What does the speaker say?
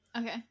Okay